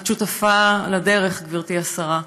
את שותפה לדרך, גברתי השרה,